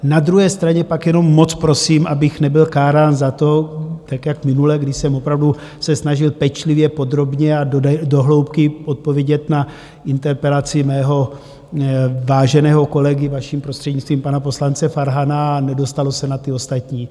Na druhé straně pak jenom moc prosím, abych nebyl kárán za to, tak jak minule, když jsem opravdu se snažil pečlivě, podrobně a do hloubky odpovědět na interpelaci mého váženého kolegy, vaším prostřednictvím, pana poslance Farhana, a nedostalo se na ty ostatní.